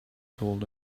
told